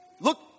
look